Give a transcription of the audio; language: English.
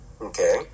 Okay